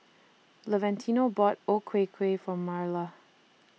Valentino bought O Ku Kueh For Marla